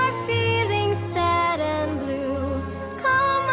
feeling sad and blue call